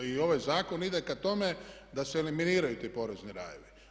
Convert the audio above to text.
I ovaj zakon ide ka tome da se eliminiraju ti porezni rajevi.